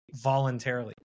voluntarily